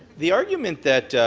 the argument that